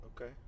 Okay